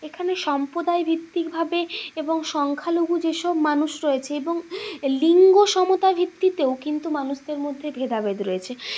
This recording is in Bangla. এখানে সম্প্রদায়ভিত্তিকভাবে এবং সংখ্যালঘু যেসব মানুষ রয়েছে এবং লিঙ্গ সমতা ভিত্তিতেও কিন্তু মানুষদের মধ্যে ভেদাভেদ রয়েছে